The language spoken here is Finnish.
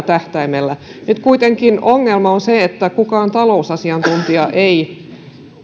tähtäimellä nyt kuitenkin ongelma on se että kukaan talousasiantuntija ei